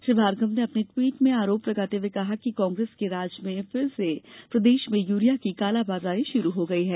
श्री भार्गव ने अपने ट्वीट में आरोप लगाते हुए कहा था कि कांग्रेस के राज में फिर से प्रदेश में यूरिया की कालाबाजारी शुरू हो गयी है